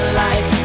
life